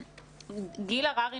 פרופ' גרוטו,